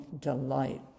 delight